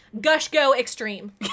Gush-go-extreme